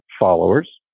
followers